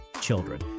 children